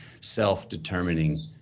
self-determining